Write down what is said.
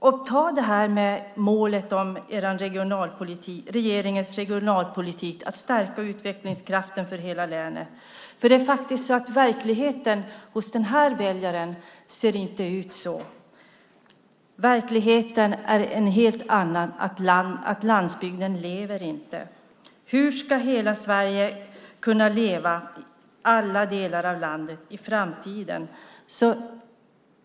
När det gäller målet med regeringens regionalpolitik, att stärka utvecklingskraften för hela landet, ser verkligheten hos den här väljaren inte ut så. Verkligheten är en helt annan. Landsbygden lever inte. Hur ska hela Sverige kunna leva, alla delar av landet, i framtiden?